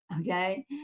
okay